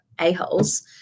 a-holes